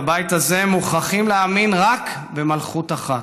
בבית הזה מוכרחים להאמין רק במלכות אחת,